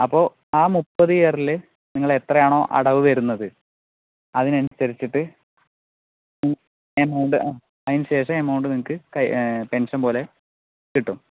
അപ്പോൾ ആ മുപ്പത് ഇയറില് നിങ്ങൾ എത്രയാണോ അടവ് വരുന്നത് അതിന് അനുസരിച്ചിട്ട് എമൗണ്ട് അതിന് ശേഷം എമൗണ്ട് നിങ്ങൾക്ക് പെൻഷൻ പോലെ കിട്ടും